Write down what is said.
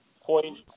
point